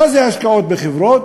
מה זה השקעות בחברות?